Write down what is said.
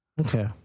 Okay